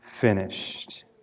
finished